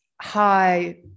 high